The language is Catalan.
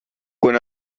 quan